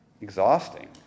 exhausting